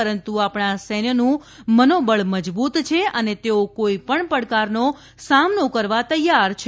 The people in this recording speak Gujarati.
પરંતુ આપણા સૈન્યનું મનોબળ મજબૂત છે અને તેઓ કોઇપણ પડકારનો સામનો કરવા તૈયાર છે